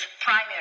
primary